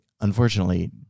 unfortunately